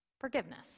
forgiveness